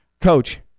coach